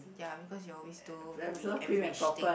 ya because you always do very average thing